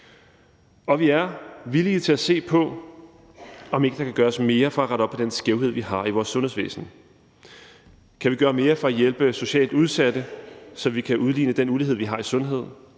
Og vi er villige til at se på, om ikke der kan gøres mere for at rette op på den skævhed, vi har i vores sundhedsvæsen, og om vi kan gøre mere for at hjælpe socialt udsatte, så vi kan udligne den ulighed, vi har i sundhed.